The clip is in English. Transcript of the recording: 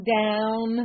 down